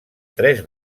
tres